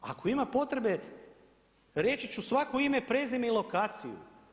Ako ima potrebe, reći ću svako ime i prezime i lokaciju.